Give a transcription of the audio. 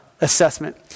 assessment